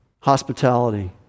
Hospitality